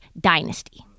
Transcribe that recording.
dynasty